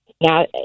Now